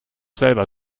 selber